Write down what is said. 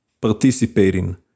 participating